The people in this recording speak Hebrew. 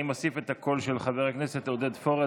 ואני מוסיף את הקול של חבר הכנסת עודד פורר,